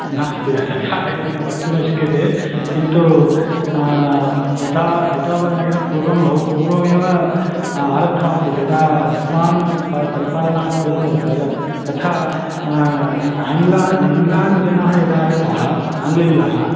नास्ति तथा इति न वक्तुं न शक्यते किन्तु तथा हैदराबद्नगरं पूर्वं बहु पूर्वमेव आरब्धमासीत् यदा उस्मान् इत् परिपालनात् पूर्वमिदं प्रजा तथा आङ्ग्लाः इङ्ग्लाण्ड् जनाः यदा आगताः आङ्ग्लीयाः